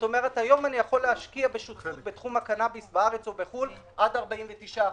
מה שאומר שאני יכול להשקיע בשותפות בתחום הקנאביס בארץ או בחו"ל עד 49%,